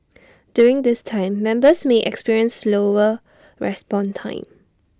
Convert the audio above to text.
during this time members may experience slower response time